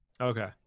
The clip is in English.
okay